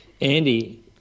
Andy